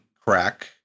crack